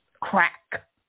Crack